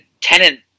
tenant